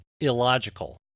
illogical